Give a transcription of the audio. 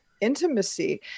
intimacy